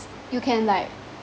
you can like